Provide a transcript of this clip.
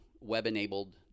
web-enabled